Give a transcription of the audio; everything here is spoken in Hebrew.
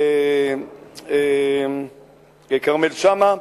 כרמל שאמה,